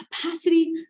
capacity